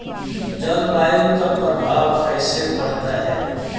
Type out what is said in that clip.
जलवायु का प्रभाव कैसे पड़ता है?